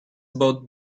both